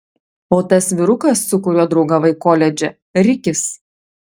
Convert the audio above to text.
o tas vyrukas su kuriuo draugavai koledže rikis